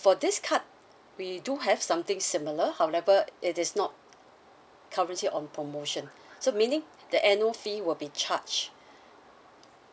for this card we do have something similar however it is not currently on promotion so meaning the annual fee will be charged